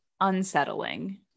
unsettling